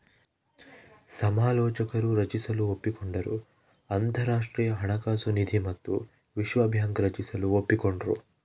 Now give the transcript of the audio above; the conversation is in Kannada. ಸಮಾಲೋಚಕರು ರಚಿಸಲು ಒಪ್ಪಿಕೊಂಡರು ಅಂತರಾಷ್ಟ್ರೀಯ ಹಣಕಾಸು ನಿಧಿ ಮತ್ತು ವಿಶ್ವ ಬ್ಯಾಂಕ್ ರಚಿಸಲು ಒಪ್ಪಿಕೊಂಡ್ರು